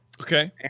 Okay